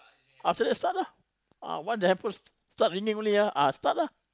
after that that start lah ah once the handphone start ringing only ah ah start lah